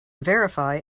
verify